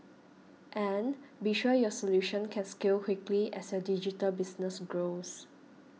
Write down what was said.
and be sure your solution can scale quickly as your digital business grows